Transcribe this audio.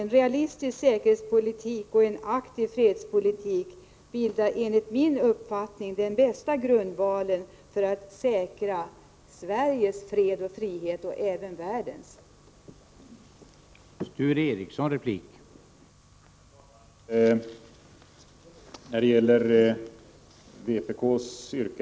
En realistisk säkerhetspolitik och en aktiv fredspolitik bildar enligt min uppfattning den bästa grundvalen för säkrande av fred och frihet i Sverige och även i världen i övrigt.